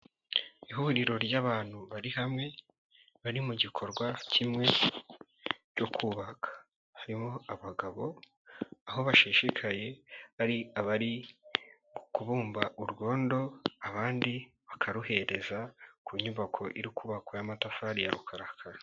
Ihuriro ry'abantu bari hamwe, bari mu gikorwa kimwe, cyo kubaka. Harimo abagabo, aho bashishikaye hari abari kubumba urwondo, abandi bakaruhereza ku nyubako iri kubakwa y'amatafari ya rukarakara.